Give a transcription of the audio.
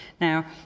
now